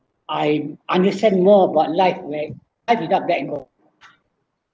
I understand more about like where I deduct back goal